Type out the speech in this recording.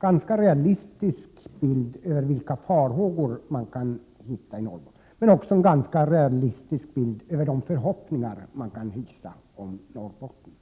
ganska realistisk bild av både de farhågor och de förhoppningar man kan hysa om Norrbotten.